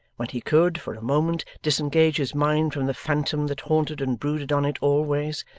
when he could, for a moment, disengage his mind from the phantom that haunted and brooded on it always,